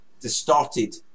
distorted